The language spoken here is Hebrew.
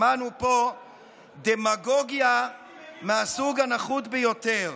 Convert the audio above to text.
שמענו פה דמגוגיה מהסוג הנחות ביותר.